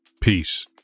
Peace